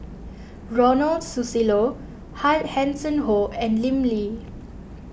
Ronald Susilo Hanson Ho and Lim Lee